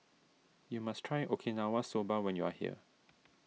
you must try Okinawa Soba when you are here